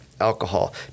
alcohol